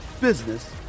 business